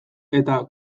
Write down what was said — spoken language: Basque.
eta